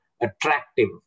attractive